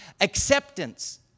acceptance